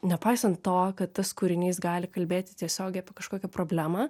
nepaisant to kad tas kūrinys gali kalbėti tiesiogiai apie kažkokią problemą